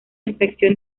inspección